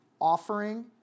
offering